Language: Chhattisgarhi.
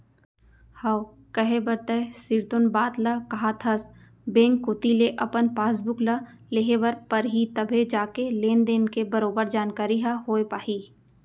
हव कहे बर तैं सिरतोन बात ल काहत हस बेंक कोती ले अपन पासबुक ल लेहे बर परही तभे जाके लेन देन के बरोबर जानकारी ह होय पाही